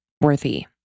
worthy